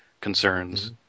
concerns